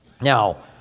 Now